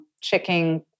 checking